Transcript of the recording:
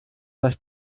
dass